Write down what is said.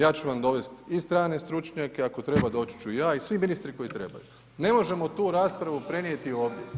Ja ću vam dovest i strane stručnjake, ako treba doći ću i ja i svi ministri koje trebaju, ne možemo tu raspravu prenijeti ovdje.